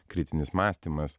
kritinis mąstymas